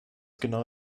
genau